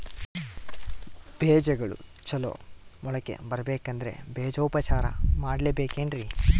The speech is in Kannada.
ಬೇಜಗಳು ಚಲೋ ಮೊಳಕೆ ಬರಬೇಕಂದ್ರೆ ಬೇಜೋಪಚಾರ ಮಾಡಲೆಬೇಕೆನ್ರಿ?